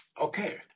okay